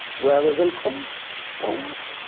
rather than tan or white.